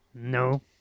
No